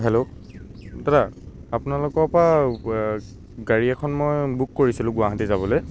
hello দাদা আপোনালোকৰ পৰা গাড়ী এখন মই বুক কৰিছিলোঁ গুৱাহাটী যাবলৈ